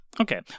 okay